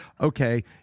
Okay